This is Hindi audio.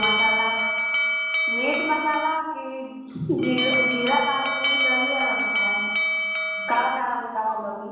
मसाला मीट मसाला कि ज़ीरा ज़ीरा काली मिर्च और ई वाला मसाला सब कौन वाला मसाला लोगी